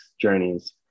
journeys